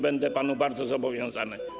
Będę panu bardzo zobowiązany.